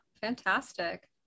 Fantastic